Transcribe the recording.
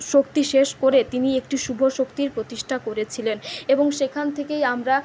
শক্তি শেষ করে তিনি একটি শুভ শক্তির প্রতিষ্ঠা করেছিলেন এবং সেখান থেকেই আমরা